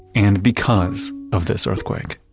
and because of this earthquake